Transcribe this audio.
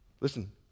Listen